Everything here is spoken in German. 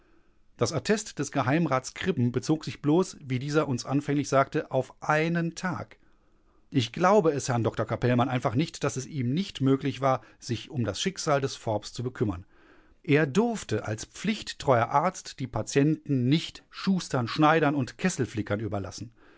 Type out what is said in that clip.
das attest des geheimrats kribben bezog sich bloß wie dieser uns anfänglich sagte auf einen tag ich glaube es herrn dr capellmann einfach nicht daß es ihm nicht möglich war sich um das schicksal des forbes zu bekümmern er durfte als pflichttreuer arzt die patienten nicht schustern schneidern und kesselflickern überlassen